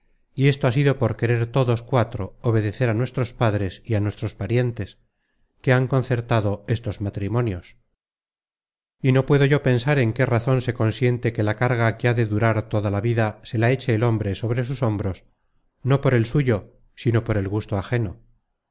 y esto ha sido por querer todos cuatro obedecer á nuestros padres y á nuestros parientes que han concertado estos matrimonios y no puedo yo pensar en qué razon se consiente que la carga que ha de durar toda la vida se la eche el hombre sobre sus hombros no por el suyo sino por el gusto ajeno